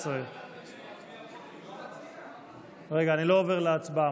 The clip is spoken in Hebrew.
19. רגע, אני לא עובר להצבעה.